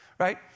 right